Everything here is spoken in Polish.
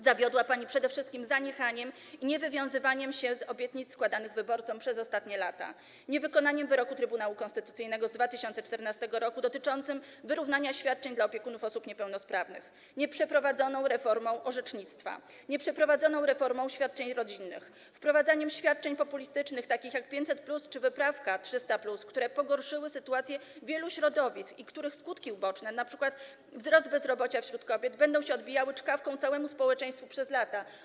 Zawiodła pani przede wszystkim zaniechaniem i niewywiązywaniem się z obietnic składanych wyborcom przez ostatnie lata, niewykonaniem wyroku Trybunału Konstytucyjnego z 2014 r. dotyczącego wyrównania świadczeń dla opiekunów osób niepełnosprawnych, nieprzeprowadzoną reformą orzecznictwa, nieprzeprowadzoną reformą świadczeń rodzinnych, wprowadzaniem świadczeń populistycznych takich jak 500+ czy wyprawka 300+, które pogorszyły sytuację wielu środowisk i których skutki uboczne, np. wzrost bezrobocia wśród kobiet, będą się odbijały czkawką całemu społeczeństwu przez lata.